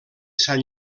sant